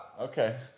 okay